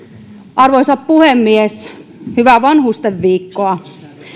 arvoisa puhemies hyvää vanhustenviikkoa